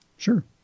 sure